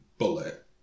bullet